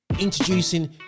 introducing